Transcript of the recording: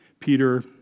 Peter